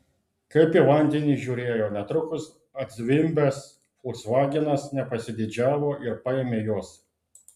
kaip į vandenį žiūrėjo netrukus atzvimbęs folksvagenas nepasididžiavo ir paėmė juos